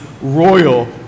royal